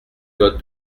code